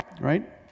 right